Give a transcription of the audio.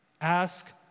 ask